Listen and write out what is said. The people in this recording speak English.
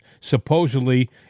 supposedly